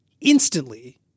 instantly